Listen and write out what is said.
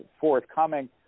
forthcoming